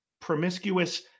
promiscuous